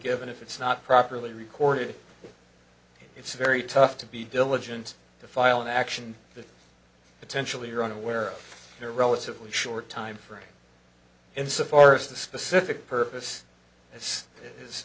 given if it's not properly recorded it's very tough to be diligent to file an action that potentially you're unaware of a relatively short time frame insofar as the specific purpose